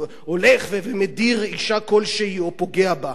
הולך ומדיר אשה כלשהי או פוגע בה.